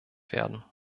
werden